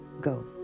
go